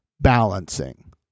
balancing